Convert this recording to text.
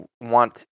want